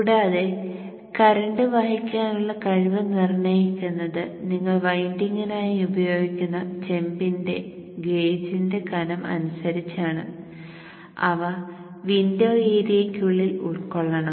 കൂടാതെ കറന്റ് വഹിക്കാനുള്ള കഴിവ് നിർണ്ണയിക്കുന്നത് നിങ്ങൾ വൈൻഡിംഗിനായി ഉപയോഗിക്കുന്ന ചെമ്പിന്റെ ഗേജിന്റെ കനം അനുസരിച്ചാണ് അവ വിൻഡോ ഏരിയക്കുള്ളിൽ ഉൾക്കൊള്ളണം